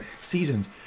seasons